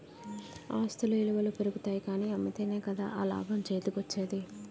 ఆస్తుల ఇలువలు పెరుగుతాయి కానీ అమ్మితేనే కదా ఆ లాభం చేతికోచ్చేది?